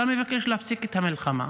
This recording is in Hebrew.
אתה מבקש להפסיק את המלחמה